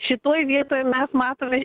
šitoj vietoj mes matome